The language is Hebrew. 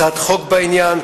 הצעת חוק בעניין.